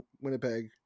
Winnipeg